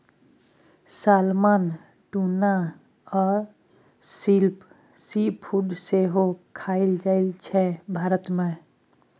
salmon, tuna आ shrimp seafood सेहो खाएल जाइ छै भारत मे